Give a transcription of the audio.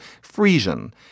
Frisian